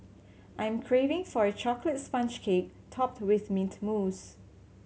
I'm craving for a chocolate sponge cake topped with mint mousse